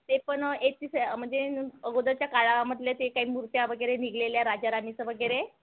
ते पण म्हणजे अगोदरच्या काळामधल्या ते काही मूर्त्या वगैरे निघालेल्या राजा राणीचं वगैरे